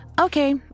Okay